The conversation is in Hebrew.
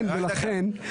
ולכן --- רק דקה.